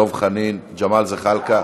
דב חנין, ג'מאל זחאלקה.